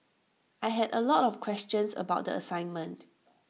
I had A lot of questions about the assignment